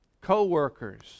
co-workers